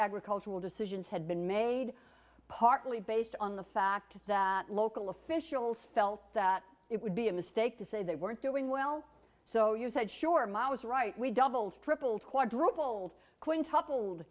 agricultural decisions had been made partly based on the fact that local officials felt that it would be a mess take to say they weren't doing well so you said sure mao is right we doubled tripled or quadrupled quintupled